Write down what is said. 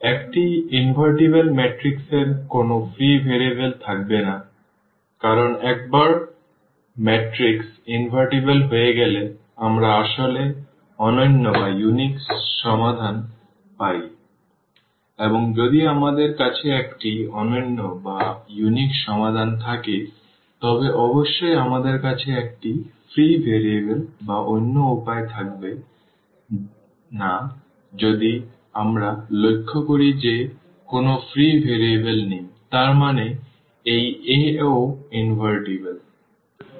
একটি invertible matrix এর কোন ফ্রি ভেরিয়েবল থাকবে না কারণ একবার ম্যাট্রিক্স ইনভার্টিবল হয়ে গেলে আমরা আসলে অনন্য সমাধান পাই এবং যদি আমাদের কাছে একটি অনন্য সমাধান থাকে তবে অবশ্যই আমাদের কাছে একটি ফ্রি ভেরিয়েবল বা অন্য উপায় থাকবে না যদি আমরা লক্ষ্য করি যে কোনও ফ্রি ভেরিয়েবল নেই তার মানে এই A ও ইনভার্টিবল